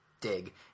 dig